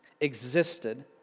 existed